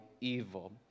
evil